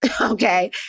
okay